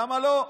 למה לא?